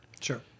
Sure